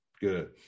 good